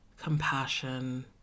compassion